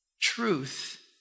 truth